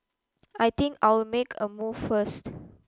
I think I'll make a move first